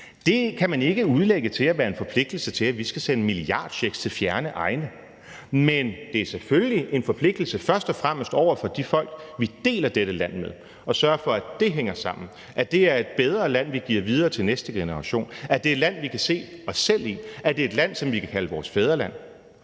kan man ikke udlægge til at være en forpligtelse til, at vi skal sende milliardchecks til fjerne egne, men det er selvfølgelig en forpligtelse først og fremmest over for de folk, vi deler dette land med, at sørge for, at det hænger sammen, at det er et bedre land, vi giver videre til næste generation, at det er et land, vi kan se os selv i, at det er et land, som vi kan kalde vores fædreland,